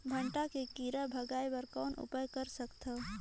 भांटा के कीरा भगाय बर कौन उपाय कर सकथव?